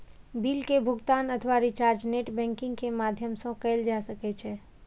bill के भुगातन अथवा रिचार्ज नेट बैंकिंग के माध्यम सं कैल जा सकै छै